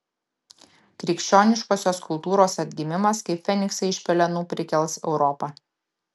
krikščioniškosios kultūros atgimimas kaip feniksą iš pelenų prikels europą